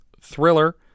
thriller